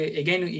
again